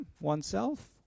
oneself